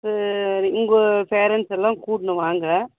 உங்கள் பேரண்ட்ஸ் எல்லாம் கூட்ன்னு வாங்க